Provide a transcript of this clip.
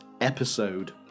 episode